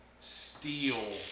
steel